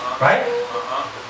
Right